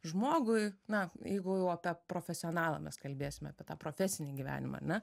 žmogui na jeigu jau apie profesionalą mes kalbėsim apie tą profesinį gyvenimą ar na